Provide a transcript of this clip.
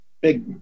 big